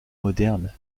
moderne